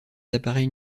appareils